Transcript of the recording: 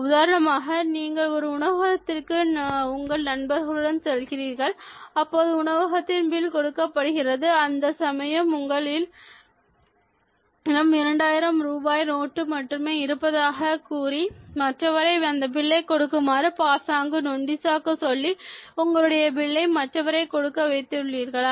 உதாரணமாக நீங்கள் ஒரு உணவகத்திற்கு உங்கள் நண்பர்களுடன் செல்கிறீர்கள் அப்பொழுது உணவகத்தின் பில் கொடுக்கப்படுகிறது அது சமயம் நீங்கள் உங்களிடம் 2000 நோட்டு மட்டுமே இருப்பதாகவும் மற்றவரை அந்தப் பில்லை கொடுக்குமாறு பாசாங்கு நொண்டி சாக்கு சொல்லி உங்களுடைய பில்லை மற்றவரை கொடுக்கிற வைத்துள்ளீர்களா